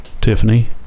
tiffany